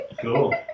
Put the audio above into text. Cool